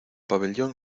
pabellón